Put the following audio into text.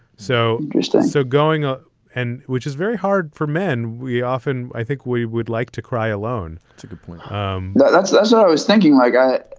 so just so going ah and which is very hard for men, we often think we would like to cry alone, to complain um yeah that's that's all i was thinking. my god.